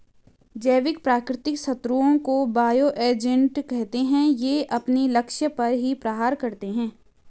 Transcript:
जैविक प्राकृतिक शत्रुओं को बायो एजेंट कहते है ये अपने लक्ष्य पर ही प्रहार करते है